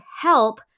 help